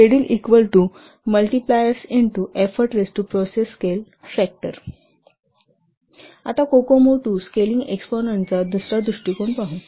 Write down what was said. ScheduleEffort आता COCOMO II scaling एक्सपॉन्टचा दुसरा दृष्टीकोन पाहू